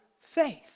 faith